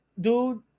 dude